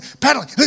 paddling